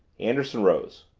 anderson rose.